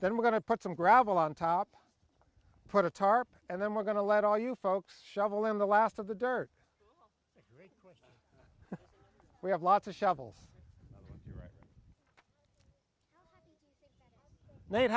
then we're going to put some gravel on top put a tarp and then we're going to let all you folks shovel in the last of the dirt we have lots of shovels